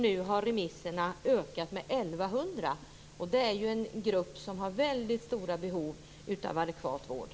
Nu har remisserna ökat med 1 100. Det är ju en grupp som har väldigt stora behov av adekvat vård.